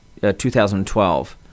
2012